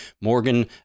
Morgan